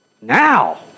Now